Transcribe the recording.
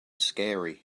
scary